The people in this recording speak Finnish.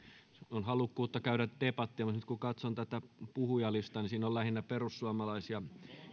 on halukkuutta käydä debattia mutta nyt kun katson tätä puhujalistaa niin siellä on lähinnä perussuomalaisia